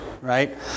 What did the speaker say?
right